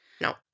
No